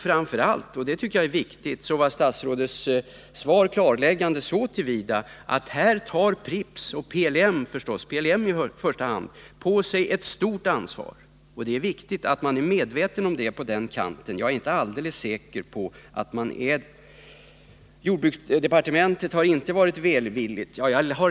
Framför allt — och det tycker jag är viktigt — var statsrådets svar klarläggande så till vida att Pripps och i första hand PLM här tar på sig ett stort ansvar. Det är viktigt att man inom de båda företagen är medveten om det. Jag är inte alldeles säker på att så är fallet. Jordbruksdepartementet har inte varit välvilligt inställt till det här, säger jordbruksministern.